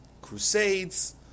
Crusades